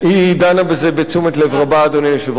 היא דנה בזה בתשומת לב רבה, אדוני היושב-ראש.